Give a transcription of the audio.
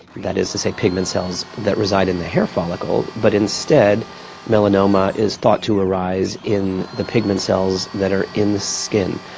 that is to say pigment cells that reside in the hair follicle, but instead melanoma is thought to arise in the pigment cells that are in the skin.